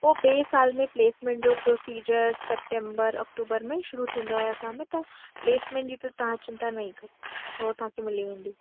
पोइ ॿिए साल में प्लेसमेंट जो प्रोसीजर सेप्टेम्बर ओक्टूबर में शिरु थींदो आए असां में त प्लेसमेंट जी त तव्हां चिंता न ई करो हो तव्हांखे मिली वेंदी